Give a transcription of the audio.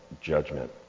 judgment